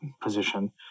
position